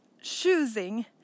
choosing